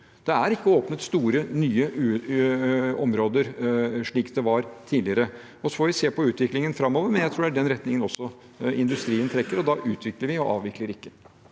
Det er ikke åpnet store nye områder, slik det ble tidligere. Så får vi se på utviklingen framover, men jeg tror det er i den retningen også industrien trekker, og da utvikler vi, vi avvikler ikke.